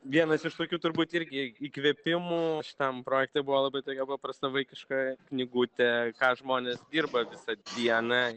vienas iš tokių turbūt irgi įkvėpimų šitam projekte buvo labai tokia paprasta vaikiška knygutė ką žmonės dirba visą dieną